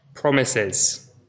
promises